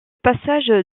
passage